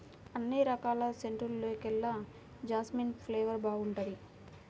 అన్ని రకాల సెంటుల్లోకెల్లా జాస్మిన్ ఫ్లేవర్ బాగుంటుంది